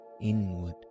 inward